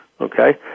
okay